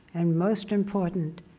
and most important,